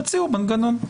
תציעו מנגנון.